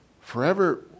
Forever